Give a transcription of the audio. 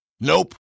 Nope